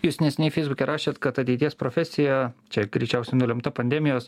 jūs neseniai feisbuke rašėt kad ateities profesija čia greičiausiai nulemta pandemijos